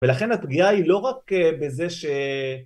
ולכן הפגיעה היא לא רק בזה ש...